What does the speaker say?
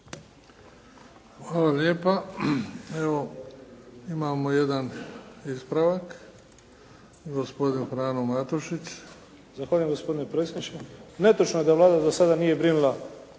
Hvala lijepa. Evo, imamo jedan ispravak, gospodin Frano Matušić. **Matušić, Frano (HDZ)** Zahvaljujem gospodine predsjedniče. Netočno je da Vlada do sada nije brinula